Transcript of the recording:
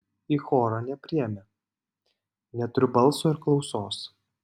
į chorą nepriėmė neturiu balso ir klausos